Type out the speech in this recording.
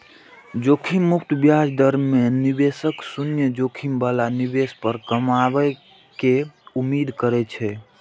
जोखिम मुक्त ब्याज दर मे निवेशक शून्य जोखिम बला निवेश पर कमाइ के उम्मीद करै छै